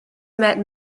met